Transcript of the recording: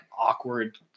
awkward